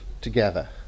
together